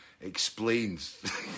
explains